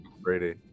Brady